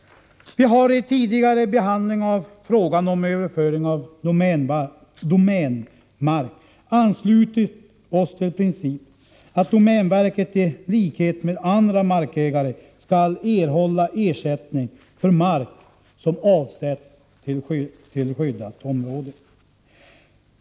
Vi har vid tidigare behandling av frågan om överföring av domänmark anslutit oss till principen att domänverket, i likhet med andra markägare, skall erhålla ersättning för mark som avsätts till skyddat område.